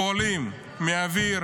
פועלים מהאוויר,